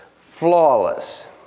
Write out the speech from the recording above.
flawless